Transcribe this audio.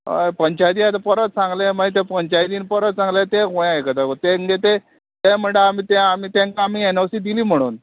हय पंचायती आतां परोत सांगलें मागीर तें पंचायतीन परोत सांगलें ते खंय आयकता गो तेंचे ते तें म्हणटा आमी तें आमी तेंकां आमी एनओसी दिली म्हणून